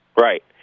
Right